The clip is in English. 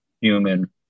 human